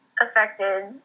affected